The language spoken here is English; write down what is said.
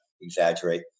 exaggerate